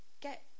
get